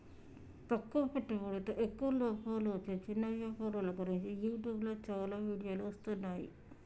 తక్కువ పెట్టుబడితో ఎక్కువ లాభాలు వచ్చే చిన్న వ్యాపారుల గురించి యూట్యూబ్లో చాలా వీడియోలు వస్తున్నాయి